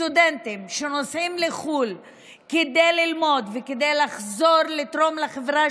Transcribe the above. סטודנטים שנוסעים לחו"ל כדי ללמוד וכדי לחזור ולתרום לחברה